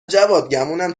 جواد، گمونم